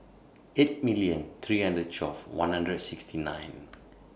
eight million three hundred twelve one hundred sixty nine